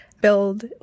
build